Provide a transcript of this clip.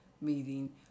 meeting